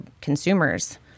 consumers